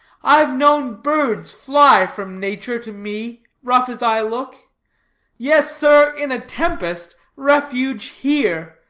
i've known birds fly from nature to me, rough as i look yes, sir, in a tempest, refuge here,